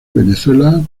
venezuela